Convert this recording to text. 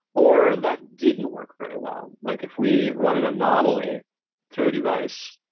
or that didn't work very well. like if we run an anomaly through device,